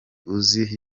uzi